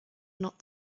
not